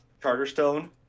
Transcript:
Charterstone